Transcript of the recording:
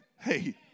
hey